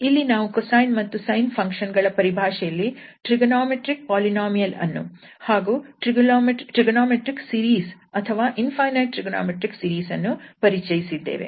ಇಲ್ಲಿ ನಾವು cosine ಮತ್ತು sine ಫಂಕ್ಷನ್ ಗಳ ಪರಿಭಾಷೆಯಲ್ಲಿ ಟ್ರಿಗೊನೋಮೆಟ್ರಿಕ್ ಪೋಲಿನೋಮಿಯಲ್ ಅನ್ನು ಮತ್ತು ಟ್ರಿಗೊನೋಮೆಟ್ರಿಕ್ ಸೀರೀಸ್ ಅಥವಾ ಇನ್ಫೈನೈಟ್ ಟ್ರಿಗೊನೋಮೆಟ್ರಿಕ್ ಸೀರೀಸ್ ಅನ್ನು ಪರಿಚಯಿಸಿದ್ದೇವೆ